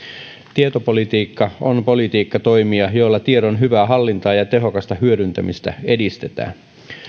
tietopolitiikka on politiikkatoimia joilla tiedon hyvää hallintaa ja ja tehokasta hyödyntämistä edistetään